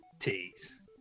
tease